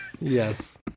Yes